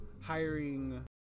hiring